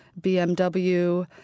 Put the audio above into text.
BMW